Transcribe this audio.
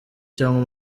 cyangwa